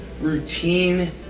routine